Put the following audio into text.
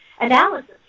analysis